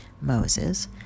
Moses